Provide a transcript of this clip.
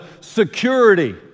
security